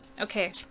Okay